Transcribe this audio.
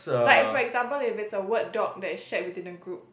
like for example if it's a word doc that is shared within a group